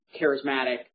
charismatic